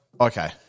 Okay